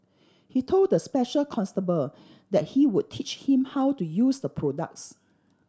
he told the special constable that he would teach him how to use the products